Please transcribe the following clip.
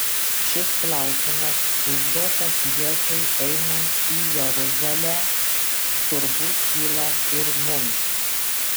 šis klausimas užduotas jėzui einant į jeruzalę turbūt kyla ir mums